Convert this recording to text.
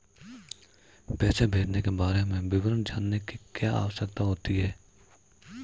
पैसे भेजने के बारे में विवरण जानने की क्या आवश्यकता होती है?